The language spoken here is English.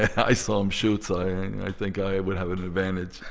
i saw him shoot, so i think i would have an advantage